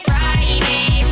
Friday